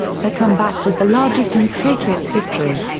the comeback was the largest in patriots history.